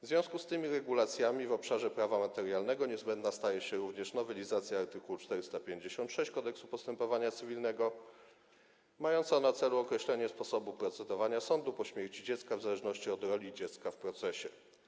W związku z tymi regulacjami w obszarze prawa materialnego niezbędna staje się również nowelizacja art. 456 Kodeksu postępowania cywilnego mająca na celu określenie sposobu procedowania sądu po śmierci dziecka w zależności od roli dziecka w procesie.